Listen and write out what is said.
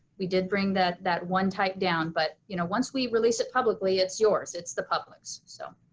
we did bring that that one type down but you know once we release it publicly it's yours, it's the public's, so.